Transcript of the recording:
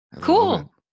Cool